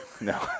No